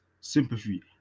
sympathy